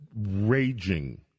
raging